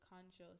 conscious